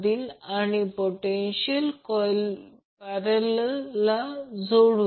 तर तेच येथे केले गेले आहे P2 Vcb Ic cos30° cos cos